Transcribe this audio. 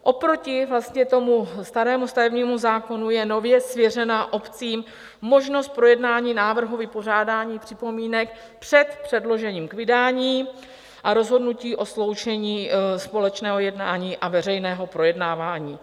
Oproti tomu starému stavebnímu zákonu je nově svěřena obcím možnost projednání návrhu vypořádání připomínek před předložením k vydání a rozhodnutí o sloučení společného jednání a veřejného projednávání.